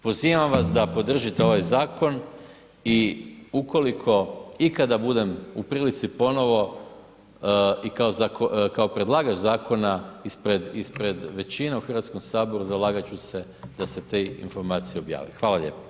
Pozivam vas da podržite ovaj zakon i ukoliko i kada budem u prilici ponovno i kao predlagač zakona ispred većine u Hrvatskom saboru, zalagat ću se da se te informacije objave, hvala lijepo.